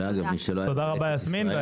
תודה רבה יסמין.